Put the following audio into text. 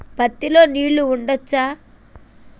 పత్తి లో నీళ్లు ఉంచచ్చా?